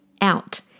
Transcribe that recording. out